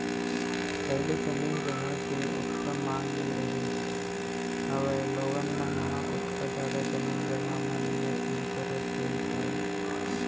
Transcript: पहिली जमीन जघा के ओतका मांग नइ रहिस हावय लोगन मन ह ओतका जादा जमीन जघा म निवेस नइ करत रहिस हावय